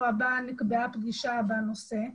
נקבעה פגישה לשבוע הבא בנושא.